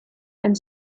and